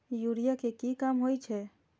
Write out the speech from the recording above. Urea के की काम होई छै?